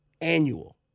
annual